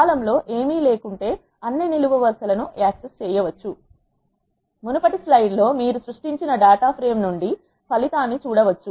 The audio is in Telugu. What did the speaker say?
కాలమ్ లో ఏమి లేకుంటే అన్ని నిలువు వరుస లను యాక్సెస్ చేయవచ్చు మునుపటి స్లైడ్ లో మీరు సృష్టించిన డేటా ఫ్రేమ్ నుండి ఫలితాన్ని చూడవచ్చు